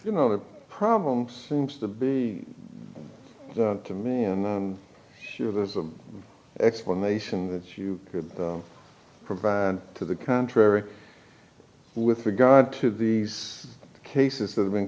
you know the problems seems to be to me and sure there's an explanation that you could provide to the contrary with regard to these cases that have been